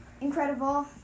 incredible